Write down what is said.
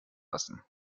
lassen